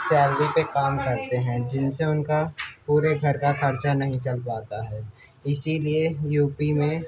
salary پہ کام کرتے ہیں جن سے ان کا پورے گھر کا خرچہ نہیں چل پاتا ہے اسی لیے یو پی میں